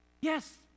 Yes